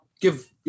give